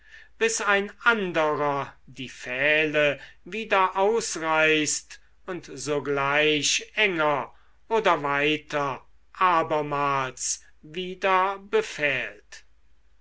bis ein anderer die pfähle wieder ausreißt und sogleich enger oder weiter abermals wieder